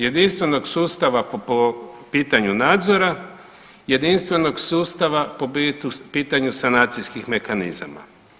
Jedinstvenog sustava po pitanju nadzora, jedinstvenog sustava po pitanju sanacijskih mehanizama.